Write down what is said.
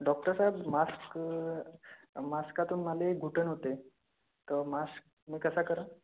डॉक्टरसाब mask मास्कातो मला घुटन होते तर मास्क मी कसा करं